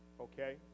Okay